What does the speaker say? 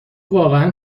واقعا